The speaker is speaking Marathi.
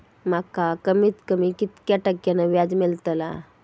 माका कमीत कमी कितक्या टक्क्यान व्याज मेलतला?